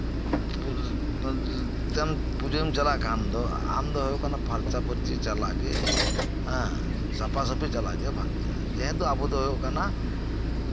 ᱯᱩᱡᱟᱹᱢ ᱪᱟᱞᱟᱜ ᱠᱷᱟᱱ ᱫᱚ ᱟᱢ ᱫᱚ ᱦᱩᱭᱩᱜ ᱠᱟᱱᱟ ᱯᱷᱟᱨᱪᱟᱼᱯᱷᱟᱨᱪᱤ ᱪᱟᱞᱟᱜᱮ ᱥᱟᱯᱷᱟᱼᱥᱟᱯᱷᱤ ᱪᱟᱞᱟᱜ ᱜᱮ ᱵᱷᱟᱹᱜᱤᱭᱟ ᱡᱮᱦᱮᱛᱩ ᱟᱵᱚ ᱫᱚ ᱦᱩᱭᱩᱜ ᱠᱟᱱᱟ